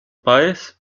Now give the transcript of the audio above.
páez